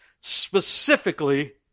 specifically